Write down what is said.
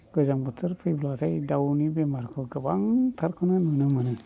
गोजां बोथोर फैब्लाथाय दाउनि बेमारखौ गोबांथारखौनो नुनो मोनो